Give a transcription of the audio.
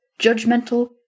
judgmental